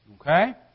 Okay